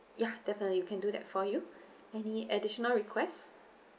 ya definitely can do that for you any additional request